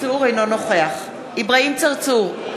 אינו נוכח אברהים צרצור,